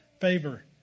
favor